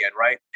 right